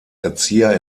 erzieher